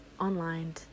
online